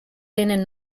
denen